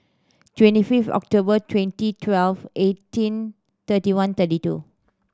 twenty fifth October twenty twelve eighteen thirty one thirty two